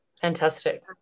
Fantastic